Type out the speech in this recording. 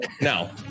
Now